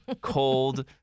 cold